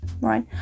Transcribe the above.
Right